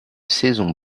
saison